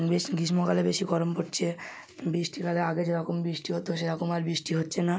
বেশ গ্রীষ্মকালে বেশি গরম পড়ছে বৃষ্টিভাগে আগে যেরকম বৃষ্টি হতো সেরকম আর বৃষ্টি হচ্ছে না